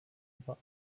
about